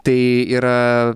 tai yra